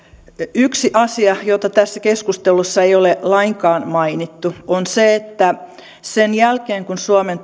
yksi asia jota tässä keskustelussa ei ole lainkaan mainittu on se että sen jälkeen kun suomen